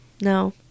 No